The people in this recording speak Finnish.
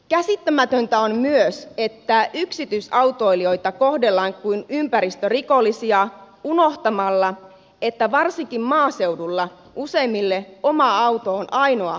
käsittämätöntä on myös että yksityisautoilijoita kohdellaan kuin ympäristörikollisia unohtamalla että varsinkin maaseudulla useimmille oma auto on ainoa kulkuväline